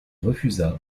refusa